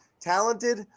talented